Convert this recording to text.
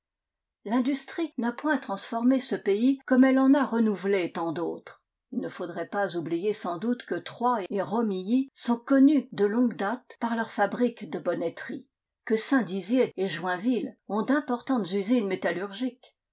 l'industrie n'a point transformé ce pays comme elle en a renouvelé tant d'autres il ne faudrait pas oublier sans doute que troyes et romilly sont connues de longue date par leurs fabriques de bonneterie que saint dizier et joinville ont d'importantes usines métallurgiques